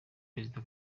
perezida